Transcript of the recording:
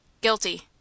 Guilty